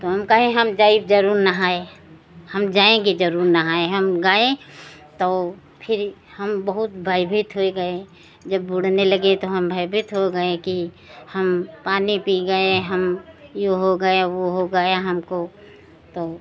तो हम कहे हम जाइब ज़रूर नहाए हम जाएँगे जरूर नहाए हम गऍ तो फिर हम बहुत भयभीत हो गए जब बूड़ने लगे तो हम भयभीत हो गए कि हम पानी पी गए हम यह हो गया वह हो गया हमको तौ